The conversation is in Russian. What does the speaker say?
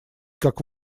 как